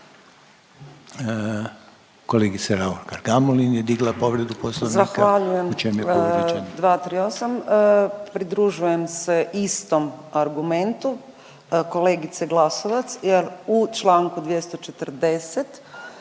Kolegica Raukar-Gamulin je digla povredu Poslovnika, u čem je povrijeđen?